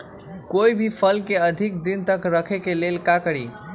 कोई भी फल के अधिक दिन तक रखे के लेल का करी?